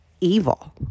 evil